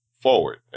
forward